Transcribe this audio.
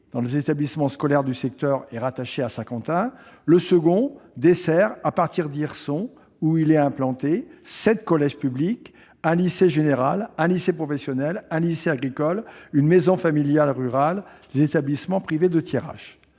dans les établissements scolaires du secteur et rattaché à Saint-Quentin. Le second dessert, à partir d'Hirson, où il est implanté, sept collèges publics, un lycée général, un lycée professionnel, un lycée agricole, une maison familiale rurale, les établissements privés de Thiérache.